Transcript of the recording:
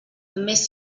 més